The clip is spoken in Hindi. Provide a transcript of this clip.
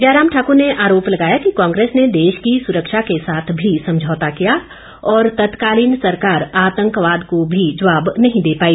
जयराम ठाकुर ने आरोप लगाया कि कांग्रेस ने देश की सुरक्षा के साथ भी समझौता किया और तत्कालीन सरकार आतंकवाद को भी जवाब नहीं दे पाई